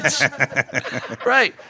Right